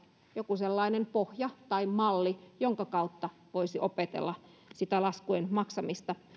joku sellainen pohja tai malli jonka kautta voisi opetella sitä laskujen maksamista